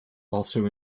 also